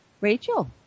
Rachel